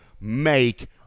make